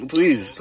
Please